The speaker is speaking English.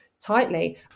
tightly